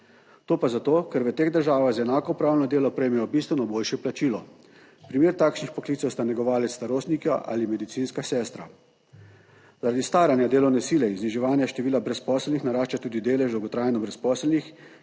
to pa zato, ker v teh državah za enako opravljeno delo prejmejo bistveno boljše plačilo. Primer takšnih poklicev sta negovalec starostnika ali medicinska sestra. Zaradi staranja delovne sile in zniževanja števila brezposelnih narašča tudi delež dolgotrajno brezposelnih,